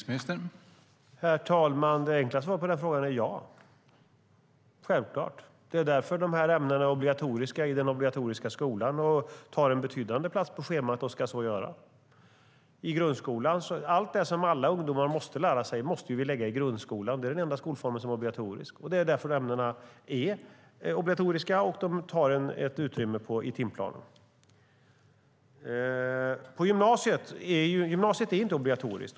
Herr talman! Det enkla svaret på den frågan är ja, självklart. Det är därför dessa ämnen är obligatoriska i den obligatoriska skolan. De tar en betydande plats på schemat och ska så göra. Allt det som alla ungdomar måste lära sig måste vi lägga i grundskolan. Det är den enda skolform som är obligatorisk. Det är därför ämnena är obligatoriska och tar ett utrymme på timplanen. Gymnasiet är inte obligatoriskt.